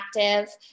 active